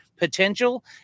Potential